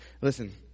Listen